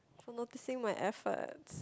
for noticing my efforts